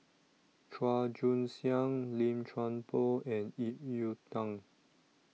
Chua Joon Siang Lim Chuan Poh and Ip Yiu Tung